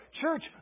church